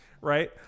right